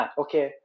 okay